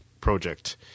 project